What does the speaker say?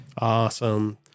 Awesome